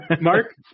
Mark